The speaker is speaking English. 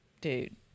dude